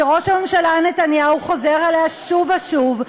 שראש הממשלה נתניהו חוזר עליה שוב ושוב,